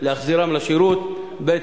להחזירם לשירות, ב.